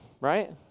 right